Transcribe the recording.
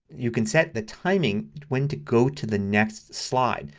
you can set the timing when to go to the next slide.